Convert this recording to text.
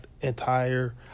entire